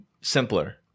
simpler